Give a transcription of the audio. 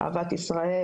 אהבת ישראל